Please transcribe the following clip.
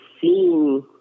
seen